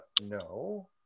no